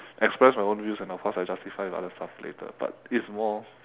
express my own views and of course I justify with other stuff later but it's more